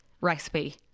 recipe